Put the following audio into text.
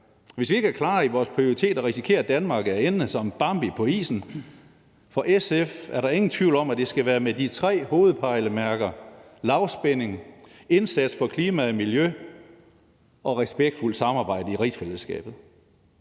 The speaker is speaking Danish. Hvis vi ikke er klare i vores prioriteter, risikerer Danmark at ende som Bambi på isen. For SF er der ingen tvivl om, at det skal være med de tre hovedpejlemærker lavspænding, indsats for klima og miljø og respektfuldt samarbejde i rigsfællesskabet.